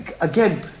again